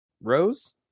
rose